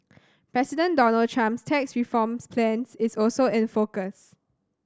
President Donald Trump's tax reforms plan is also in focus